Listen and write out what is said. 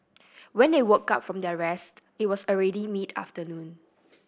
when they woke up from their rest it was already mid afternoon